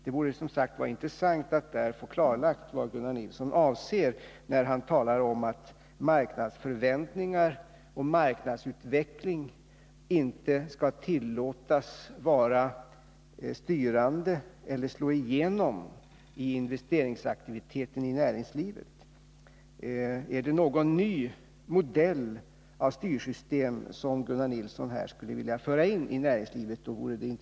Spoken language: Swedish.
Det vore som sagt intressant att få klarlagt vad Gunnar Nilsson avser när han talar om att marknadsförväntningar och marknadsutveckling inte skall tillåtas vara styrande för eller slå igenom på investeringsaktiviteten i näringslivet. Är det någon ny modell av styrsystem som Gunnar Nilsson skulle vilja föra in i näringslivet?